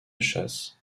chasse